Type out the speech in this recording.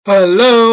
Hello